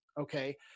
Okay